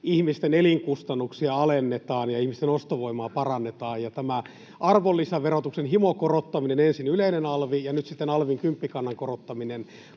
ihmisten elinkustannuksia alennetaan ja ihmisten ostovoimaa parannetaan. Tämä arvonlisäverotuksen himokorottaminen — ensin yleinen alvi ja nyt sitten alvin kymppikannan korottaminen